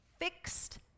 fixed